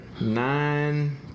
Nine